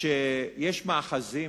שיש מאחזים?